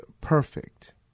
perfect